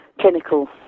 clinical